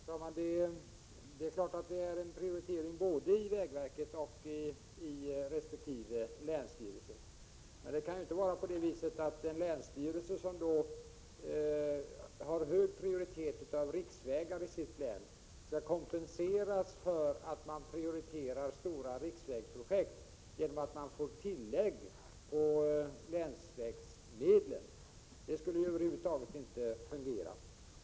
Herr talman! Det är klart att det är fråga om en prioritering både hos vägverket och i resp. länsstyrelse. Men det kan ju inte vara på det viset att den länsstyrelse som har en hög prioritet av riksvägar i sitt län skall kompenseras för att man prioriterar stora riksvägsprojekt genom att man får tillägg när det gäller länsvägsmedlen. Ett sådant system skulle över huvud taget inte fungera.